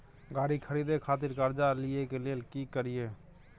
गाड़ी खरीदे खातिर कर्जा लिए के लेल की करिए?